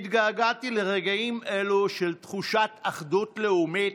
התגעגעתי לרגעים אלה של תחושת אחדות לאומית,